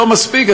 לא מספיק,